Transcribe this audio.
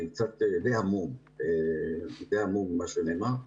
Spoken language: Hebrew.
אני די המום ממה שנאמר,